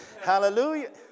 Hallelujah